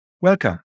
Welcome